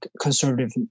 conservative